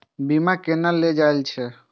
बीमा केना ले जाए छे?